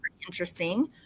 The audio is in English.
interesting